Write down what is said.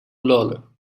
lawler